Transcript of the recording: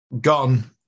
gone